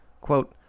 Quote